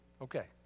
Okay